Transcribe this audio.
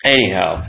Anyhow